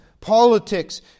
politics